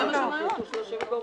עכשיו הוא אמר שלא.